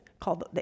called